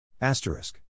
Asterisk